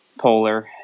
polar